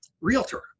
realtor